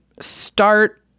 start